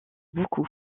beaucoup